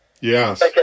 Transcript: Yes